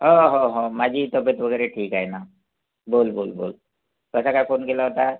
हो हो हो माझी तब्बेत वगैरे ठीक आहे ना बोल बोल बोल कसा काय फोन केला होता